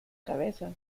cabeza